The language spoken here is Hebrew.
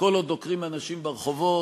כל עוד דוקרים אנשים ברחובות,